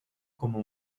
como